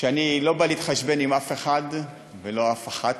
ואני לא בא להתחשבן עם אף אחד ולא עם אף אחת,